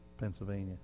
Pennsylvania